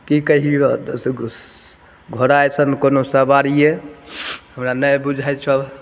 की कहिअऽ घोड़ा अइसन कोनो सवारिए हमरा नहि बुझाइ छऽ